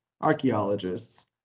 archaeologists